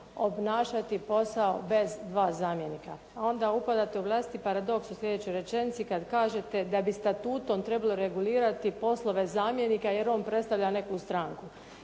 obnašati posao bez dva zamjenika. A onda upadate u vlastiti paradoks u sljedećoj rečenici kad kažete da bi statutom trebalo regulirati poslove zamjenika jer on predstavlja neku stranku.